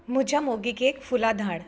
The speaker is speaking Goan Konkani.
म्हज्या मोगिकेक फुलां धाड